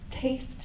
Taste